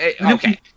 okay